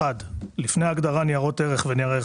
לפני ההגדרה "ניירות ערך" ו"נייר ערך